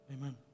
Amen